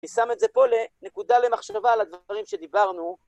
אני שם את זה פה לנקודה למחשבה על הדברים שדיברנו.